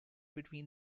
between